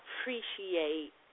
appreciate